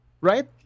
Right